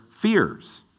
fears